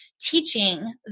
teaching